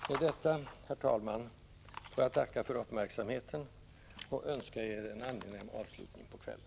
Med detta, herr talman, får jag tacka för uppmärksamheten och önska er en angenäm avslutning på kvällen.